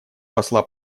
посла